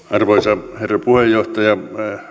arvoisa herra puheenjohtaja